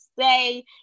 stay